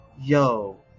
yo